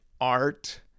art